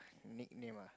nickname ah